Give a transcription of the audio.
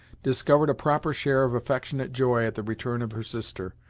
discovered a proper share of affectionate joy at the return of her sister.